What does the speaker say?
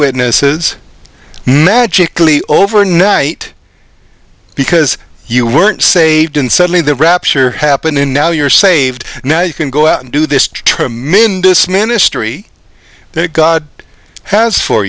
witnesses magically overnight because you weren't saved and suddenly the rapture happening now you're saved now you can go out and do this tremendous ministry that god has for